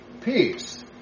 peace